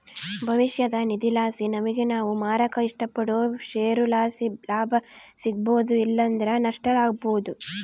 ಭವಿಷ್ಯದ ನಿಧಿಲಾಸಿ ನಮಿಗೆ ನಾವು ಮಾರಾಕ ಇಷ್ಟಪಡೋ ಷೇರುಲಾಸಿ ಲಾಭ ಸಿಗ್ಬೋದು ಇಲ್ಲಂದ್ರ ನಷ್ಟ ಆಬೋದು